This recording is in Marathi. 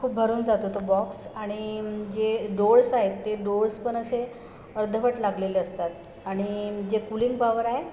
खूप भरून जातो तो बॉक्स आणि जे डोअर्स आहेत ते डोअर्स पण असे अर्धवट लागलेले असतात आणि जे कुलिंग पॉवर आहे